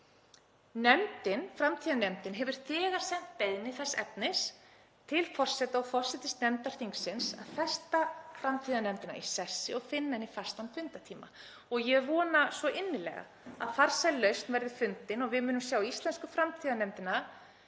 Framtíðarnefndin hefur þegar sent beiðni þess efnis til forseta og forsætisnefndar þingsins að festa framtíðarnefndina í sessi og finna henni fastan fundartíma og ég vona svo innilega að farsæl lausn verði fundin og við munum sjá íslensku framtíðarnefndina